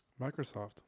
Microsoft